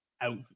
out